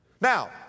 Now